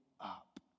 up